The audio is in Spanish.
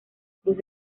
cruz